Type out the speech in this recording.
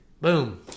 boom